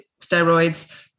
steroids